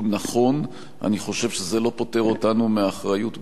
אני חושב שזה לא פוטר אותנו מאחריות בשום פנים ואופן.